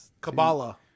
Kabbalah